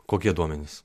kokie duomenys